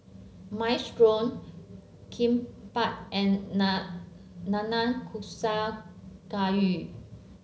Minestrone Kimbap and Nanakusa Gayu